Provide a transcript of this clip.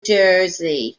jersey